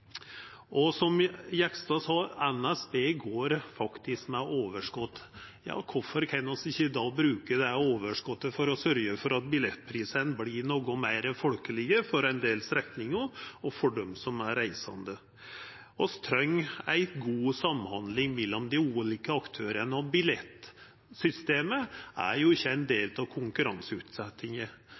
Og som Jegstad sa, går NSB faktisk med overskot. Kvifor kan vi ikkje då bruka det overskotet til å sørgja for at billettprisane vert litt meir folkelege på ein del strekningar for dei reisande? Vi treng ei god samhandling mellom dei ulike aktørane, og billettsystemet er jo ikkje ein del av